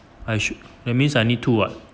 I should that means I need to [what]